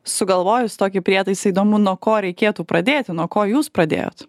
sugalvojus tokį prietaisą įdomu nuo ko reikėtų pradėti nuo ko jūs pradėjot